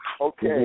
Okay